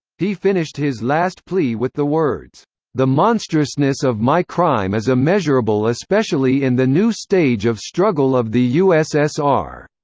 he finished his last plea with the words the monstrousness of my crime is immeasurable especially in the new stage of struggle of the u s s r.